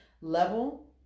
level